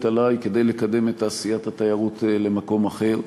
עלי כדי לקדם את תעשיית התיירות למקום אחר.